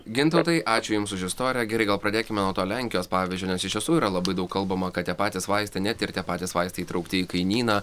gintautai ačiū jums už istoriją gerai gal pradėkime nuo to lenkijos pavyzdžio nes iš tiesų yra labai daug kalbama kad tie patys vaistai net ir tie patys vaistai įtraukti į kainyną